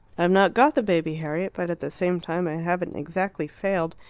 i've not got the baby, harriet, but at the same time i haven't exactly failed.